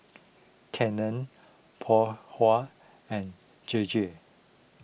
Canon Phoon Huat and J J